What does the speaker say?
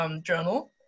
journal